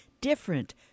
different